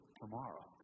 tomorrow